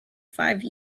five